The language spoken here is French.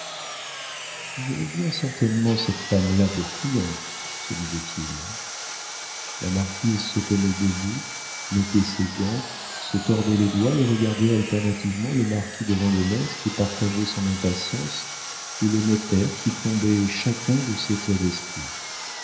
j'aurai bien certainement cette femme-là pour cliente se disait-il la marquise se tenait debout mettait ses gants se tordait les doigts et regardait alternativement le marquis de vandenesse qui partageait son impatience ou le notaire qui plombait chacun de ses traits d'esprit